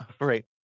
Right